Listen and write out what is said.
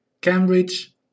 Cambridge